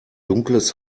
dunkles